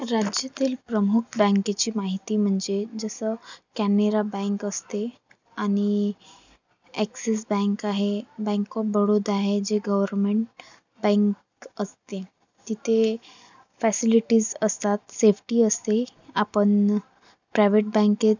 राज्यातील प्रमुख बँकेची माहिती म्हणजे जसं कॅनेरा बँक असते आणि ॲक्सिस बँक आहे बँक ऑफ बडोदा आहे जे गव्हर्मेंट बँक असते तिथे फॅसिलिटीज् असतात सेफ्टी असते आपण प्रायवेट बँकेत